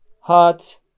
hot